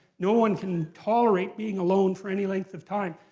no one can tolerate being alone for any length of time.